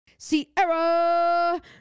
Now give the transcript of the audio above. Sierra